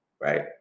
Right